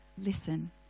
Listen